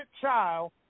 child